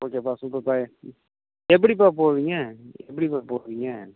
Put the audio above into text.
ஓகேப்பா சூப்பருப்பா எப்படிப்பா போவீங்க எப்படிப்பா போவீங்க